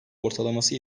ortalaması